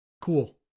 cool